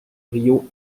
río